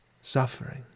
suffering